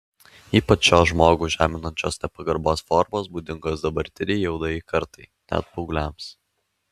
ypač šios žmogų žeminančios nepagarbos formos būdingos dabartinei jaunajai kartai net paaugliams